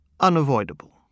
unavoidable